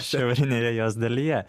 šiaurinėje os dalyje